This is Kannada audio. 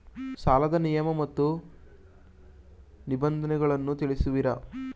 ಸಾಲದ ನಿಯಮ ಮತ್ತು ನಿಬಂಧನೆಗಳನ್ನು ತಿಳಿಸುವಿರಾ?